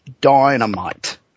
dynamite